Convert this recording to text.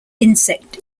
insect